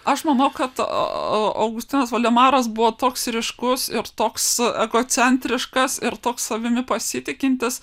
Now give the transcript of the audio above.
aš manau kad augustinas voldemaras buvo toks ryškus ir toks egocentriškas ir toks savimi pasitikintis